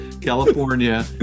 California